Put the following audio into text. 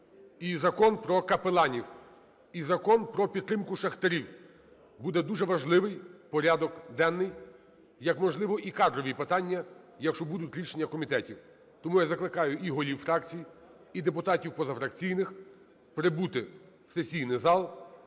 і Закон про капеланів, і Закон про підтримку шахтарів. Буде дуже важливий порядок денний, як, можливо, і кадрові питання, якщо будуть рішення комітетів. Тому я закликаю і голів фракцій, і депутатів позафракційних прибути в сесійний зал,